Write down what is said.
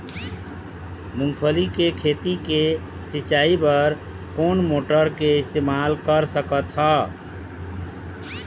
मूंगफली के खेती के सिचाई बर कोन मोटर के इस्तेमाल कर सकत ह?